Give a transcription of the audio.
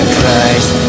Christ